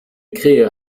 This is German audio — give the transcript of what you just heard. krähe